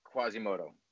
Quasimodo